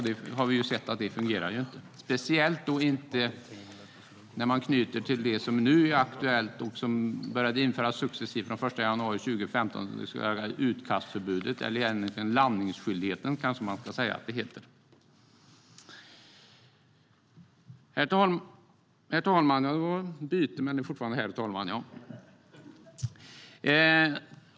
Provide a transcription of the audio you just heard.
Vi har sett att det inte fungerar, speciellt inte när man anknyter till det som nu är aktuellt, nämligen utkastförbudet eller landningsskyldigheten, som började införas successivt från den 1 januari 2015. Herr talman!